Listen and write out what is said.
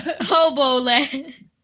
Hoboland